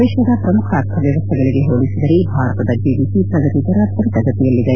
ವಿಶ್ವದ ಪ್ರಮುಖ ಅರ್ಥ ವ್ಯವಸ್ಥೆಗಳಿಗೆ ಹೋಲಿಸಿದರೆ ಭಾರತದ ಜಿಡಿಪಿ ಪ್ರಗತಿದರ ತ್ವರಿತಗತಿಯಲ್ಲಿದೆ